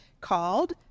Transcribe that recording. called